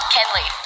Kenley